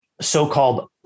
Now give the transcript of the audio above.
so-called